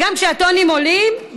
וגם כשהטונים עולים,